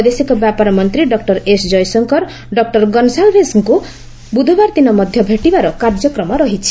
ବୈଦେଶିକ ବ୍ୟାପାର ମନ୍ତ୍ରୀ ଡକ୍ଟର ଏସ୍ ଜୟଶଙ୍କର ଡକ୍ଟର ଗନ୍ସାଲ୍ଭେସଙ୍କୁ ବୁଧବାର ଦିନ ମଧ୍ୟ ଭେଟିବାର କାର୍ଯ୍ୟକ୍ରମ ରହିଛି